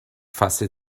fasse